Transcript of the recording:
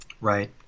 Right